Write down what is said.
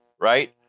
right